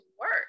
work